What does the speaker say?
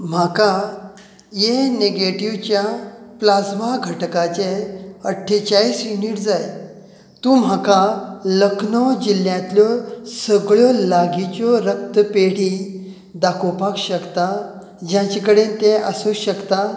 म्हाका ये नेगेटीवच्या प्लाज्मा घटकाचे अठ्ठेचाळीस युनीट जाय तूं म्हाका लखनव जिल्ल्यांतल्यो सगळ्यो लागींच्यो रक्तपेढी दाखोवपाक शकता जांचे कडेन तें आसूं शकता